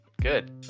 good